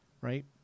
right